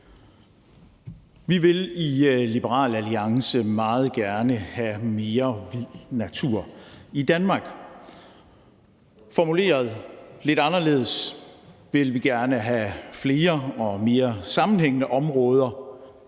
Vi vil i Liberal Alliance meget gerne have mere vild natur i Danmark. Formuleret lidt anderledes vil vi gerne have flere og mere sammenhængende områder